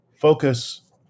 focus